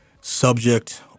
Subject